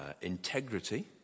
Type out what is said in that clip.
integrity